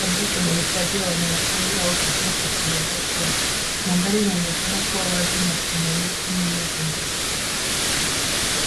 labda kwenye hifadhi ya wanyamapori au kituo cha kulelea tembo. Mandhari inaonekana kuwa wazi na kuna miti nyuma kabisa.